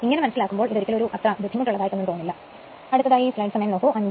ഇങ്ങനെ മനസ്സിലാക്കുമ്പോൾ ഇത് ഒരിക്കലും ബുദ്ധിമുട്ട് ഉള്ളതായി തോന്നുക ഇല്ല